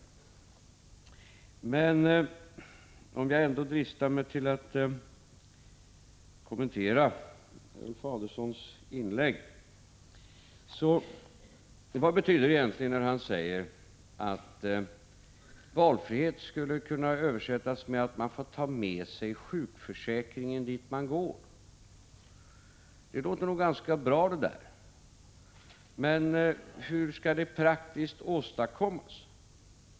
1985/86:123 Men om jag ändå dristar mig att kommentera Ulf Adelsohns inlägg vill jag — 22 april 1986 ställa en fråga: Vad betyder det egentligen när han säger att valfrihet skulle kunna översättas med att man får ta med sig sjukförsäkringen dit man går? Det där låter ganska bra, men hur skall det praktiskt åstadkommas?